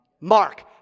Mark